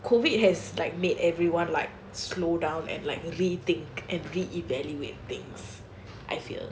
COVID has like made everyone like slow down and like rethink and reevalute things I feel